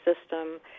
system